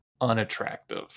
unattractive